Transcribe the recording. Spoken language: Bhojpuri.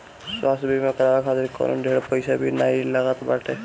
स्वास्थ्य बीमा करवाए खातिर कवनो ढेर पईसा भी नाइ लागत बाटे